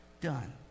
done